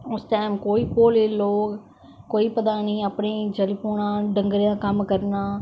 उस टैंम कोई ओह् ले लो कोई पता नेई अपने चली पोना डंगरे दा कम्म करना